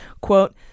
Quote